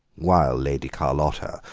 while lady carlotta,